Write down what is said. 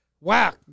Wow